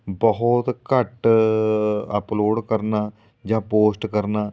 ਬਹੁਤ ਘੱਟ ਅਪਲੋਡ ਕਰਨਾ ਜਾਂ ਪੋਸਟ ਕਰਨਾ